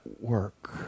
work